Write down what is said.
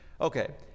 Okay